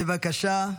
בבקשה,